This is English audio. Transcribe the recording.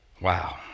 Wow